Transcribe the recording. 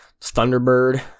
Thunderbird